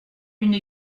une